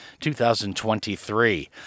2023